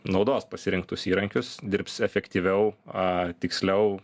naudos pasirinktus įrankius dirbs efektyviau a tiksliau